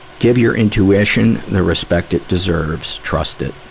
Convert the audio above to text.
give your intuition the respect it deserves. trust it.